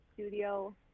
studio